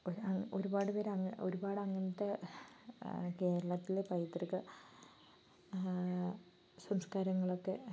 ഒരുപാട് പേര് ഒരുപാട് അങ്ങനത്തെ കേരളത്തിലെ പൈതൃക സംസ്കാരങ്ങളൊക്കെ